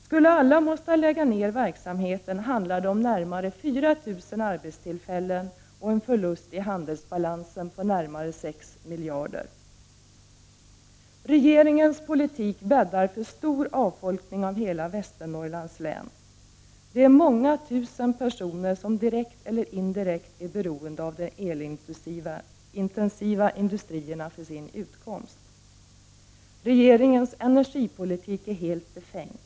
Skulle alla vara tvungna att lägga ned verksamheten handlar det om närmare 4 000 arbetstillfällen och en förlust i handelsbalansen på närmare 6 miljarder. Regeringens politik bäddar för stor avfolkning av hela Västernorrlands län. Det är många tusen personer som är direkt eller indirekt beroende av de elintensiva industrierna för sin utkomst. Regeringens energipolitik är helt befängd.